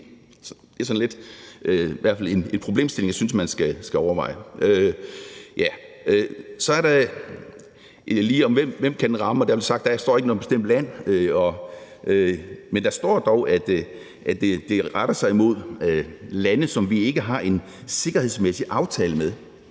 Det er i hvert fald en problemstilling, jeg synes man skal overveje. Så er der spørgsmålet om, hvem det kan ramme, og der står ikke noget bestemt land, men der står dog, at det retter sig mod lande, som vi ikke har en sikkerhedsmæssig aftale med.